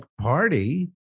Party